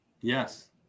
Yes